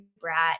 brat